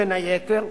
בין היתר,